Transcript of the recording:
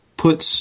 puts